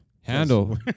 Handle